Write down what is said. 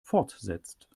fortsetzt